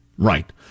Right